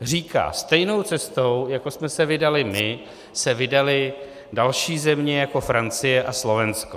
Říká: stejnou cestou, jako jsme se vydali my, se vydaly další země jako Francie a Slovensko.